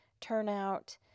turnout